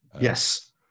Yes